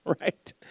right